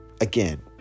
again